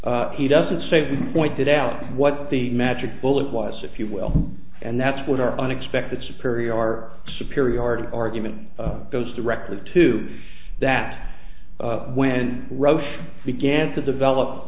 he doesn't say we pointed out what the magic bullet was if you will and that's what our unexpected superior our superiority argument goes directly to that when roche began to develop